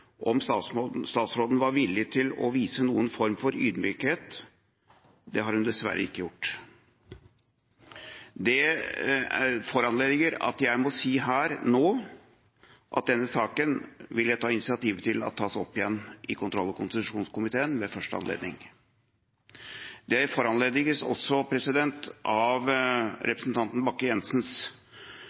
om statsråden var villig til å vise noen form for ydmykhet. Det har hun dessverre ikke gjort. Det foranlediger at jeg må si her nå at jeg vil ta initiativ til at denne saken tas opp igjen i kontroll- og konstitusjonskomiteen ved første anledning. Det foranlediges også av representanten